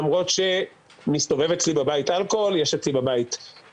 למרות שמסתובב אצלי בבית אלכוהול יש אצלי ויסקי,